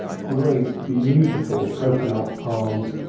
great, beautiful cocoa-nut palms,